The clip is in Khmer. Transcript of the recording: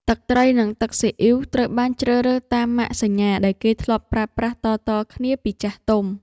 ទឹកត្រី និងទឹកស៊ីអ៊ីវត្រូវបានជ្រើសរើសតាមម៉ាកសញ្ញាដែលគេធ្លាប់ប្រើប្រាស់តៗគ្នាពីចាស់ទុំ។